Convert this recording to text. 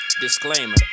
disclaimer